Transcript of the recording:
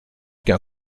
qu’un